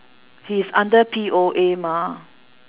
he is under P_O_A mah